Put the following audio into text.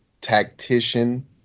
tactician